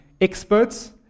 experts